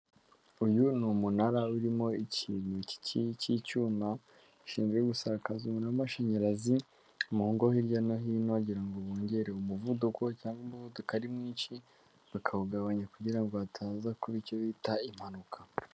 Uyu ni umunara urimo ikintu k'icyuma gishinzwe gusakaza umuriro w'amashanyarazi mu ngo hirya no hino, bagira ngo bongere umuvuduko cyangwa umuvuduko ari mwinshi bakawugabanya kugira ngo hataza kuba icyo bita impanuka.